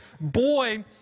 boy